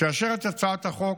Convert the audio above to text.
תאשר את הצעת החוק